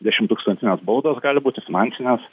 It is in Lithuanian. dešimttūkstantinės baudos gali būti finansinės